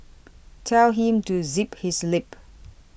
tell him to zip his lip